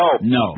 no